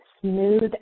smooth